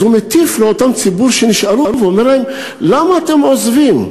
אז הוא מטיף לאותו ציבור שנשאר והוא אומר להם: למה אתם עוזבים?